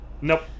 Nope